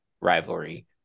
rivalry